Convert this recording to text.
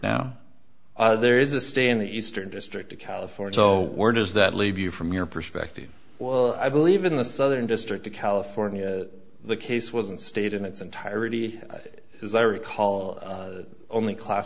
now there is a stay in the eastern district of california so where does that leave you from your perspective well i believe in the southern district of california the case wasn't state in its entirety as i recall only class